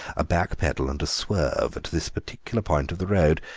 a back-pedal and a swerve at this particular point of the road.